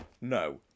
no